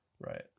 Right